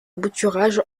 bouturage